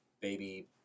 baby